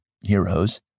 heroes